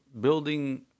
building